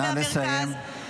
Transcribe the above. נא לסיים.